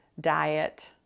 diet